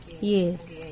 Yes